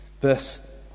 Verse